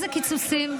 איזה קיצוצים?